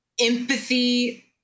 empathy